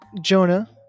Jonah